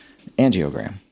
angiogram